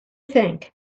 think